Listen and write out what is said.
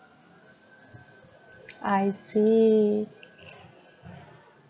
I see